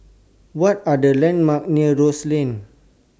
What Are The landmarks near Rose Lane